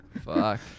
Fuck